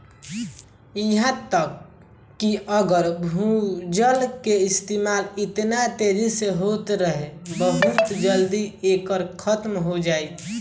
इहा तक कि अगर भूजल के इस्तेमाल एतना तेजी से होत रही बहुत जल्दी एकर खात्मा हो जाई